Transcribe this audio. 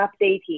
updating